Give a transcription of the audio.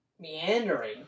Meandering